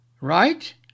right